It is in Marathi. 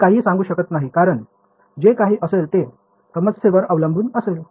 आपण काहीही सांगू शकत नाही कारण जे काही असेल ते समस्येवर अवलंबून असेल